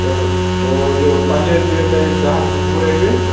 تہٕ یہِ پَنجٲب پیوٕ تۄہہِ زٕ ہَتھ تہٕ وُہ رۄپیہِ